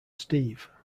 steve